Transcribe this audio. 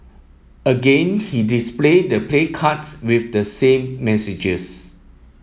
again he displayed the placards with the same messages